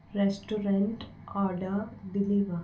restaurant order deliver